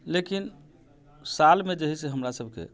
लेकिन सालमे जे है से हमरा सभके